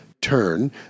turn